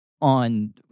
on